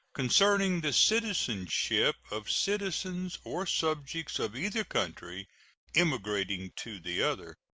concerning the citizenship of citizens or subjects of either country emigrating to the other.